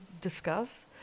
discuss